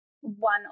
one